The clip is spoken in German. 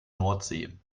nordsee